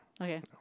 Okay